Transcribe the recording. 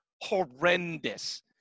horrendous